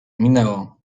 minęło